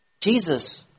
Jesus